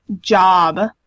job